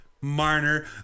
Marner